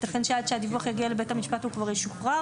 יתכן שעד שהדיווח יגיע לבית המשפט הוא כבר ישוחרר,